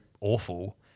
awful